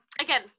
again